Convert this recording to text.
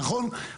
נכון.